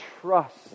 trust